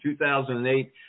2008